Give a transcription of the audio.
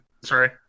Sorry